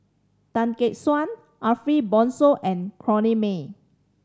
Tan Gek Suan Ariff Bongso and Corrinne May